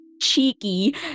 cheeky